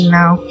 now